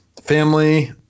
family